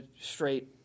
straight